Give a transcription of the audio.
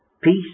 peace